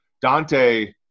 Dante